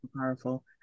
powerful